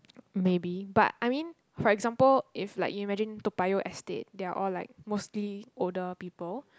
maybe but I mean for example if like you imagine Toa-Payoh estate they're all like mostly older people